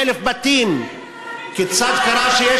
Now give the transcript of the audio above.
כיצד קרה שנהרסו 17,000 בתים?